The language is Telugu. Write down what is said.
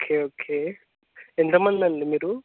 ఓకే ఓకే ఎంతమంది అండి మీరు